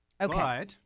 Okay